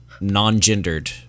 non-gendered